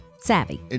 Savvy